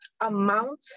amount